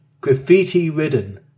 graffiti-ridden